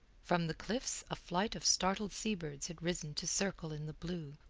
from the cliffs a flight of startled seabirds had risen to circle in the blue,